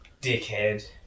dickhead